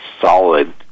solid